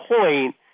point